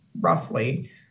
roughly